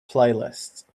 playlist